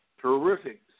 terrific